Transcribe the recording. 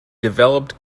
developed